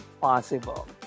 possible